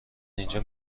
اینجا